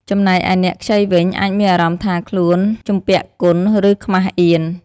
ចំណែកឯអ្នកខ្ចីវិញ អាចមានអារម្មណ៍ថាខ្លួនជំពាក់គុណ ឬខ្មាសអៀន។